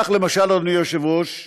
כך, למשל, אדוני היושב-ראש,